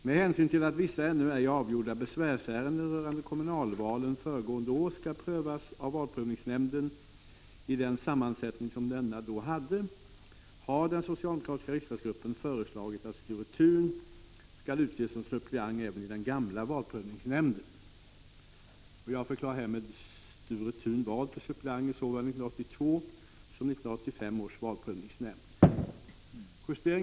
Med hänsyn till att vissa ännu ej avgjorda besvärsärenden rörande kommunalvalen 1985 skall prövas av den år 1982 valda valprövningsnämnden, har socialdemokratiska riksdagsgruppen föreslagit att Sture Thun skall utses som suppleant även i den gamla valprövningsnämnden.